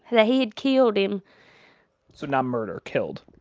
that he had killed him so not murder, killed.